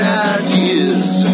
ideas